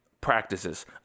practices